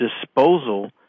disposal